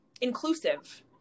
inclusive